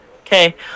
Okay